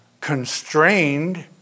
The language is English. constrained